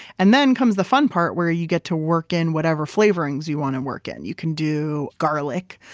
and then comes the fun part where you get to work in whatever flavorings you want to work in. you can do garlic,